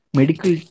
medical